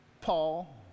Paul